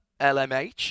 LMH